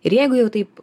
ir jeigu jau taip